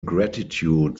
gratitude